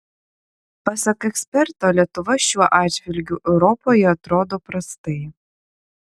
pasak eksperto lietuva šiuo atžvilgiu europoje atrodo prastai